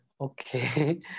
okay